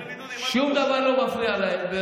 שום דבר לא מפריע להם.